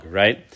right